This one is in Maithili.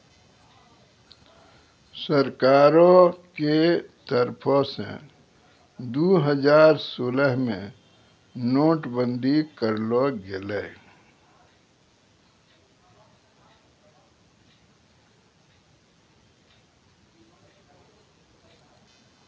सरकारो के तरफो से दु हजार सोलह मे नोट बंदी करलो गेलै